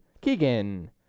Keegan